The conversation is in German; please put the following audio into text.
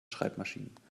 schreibmaschinen